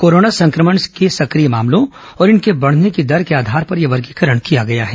corona संक्रमण के सक्रिय मामलों और इनके बढ़ने की दर के आधार पर यह वर्गीकरण किया गया है